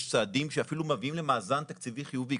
יש צעדים שאפילו מביאים למאזן תקציבי חיובי.